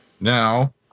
Now